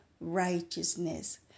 righteousness